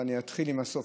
ואתחיל בסוף,